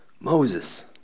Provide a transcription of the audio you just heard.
Moses